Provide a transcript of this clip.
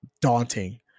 Daunting